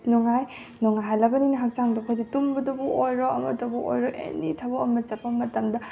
ꯅꯨꯡꯉꯥꯏ ꯅꯨꯡꯉꯥꯏꯍꯜꯂꯕꯅꯤꯅ ꯍꯛꯆꯥꯡꯗ ꯑꯩꯈꯣꯏꯁꯦ ꯇꯨꯝꯕꯗꯕꯨ ꯑꯣꯏꯔꯣ ꯑꯃꯗꯕꯨ ꯑꯣꯏꯔꯣ ꯑꯦꯅꯤ ꯊꯕꯛ ꯑꯃ ꯆꯠꯄ ꯃꯇꯝꯗ